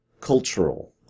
cultural